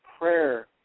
prayer